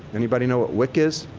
anybody know what wic is?